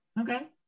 Okay